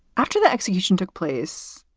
after the execution took place,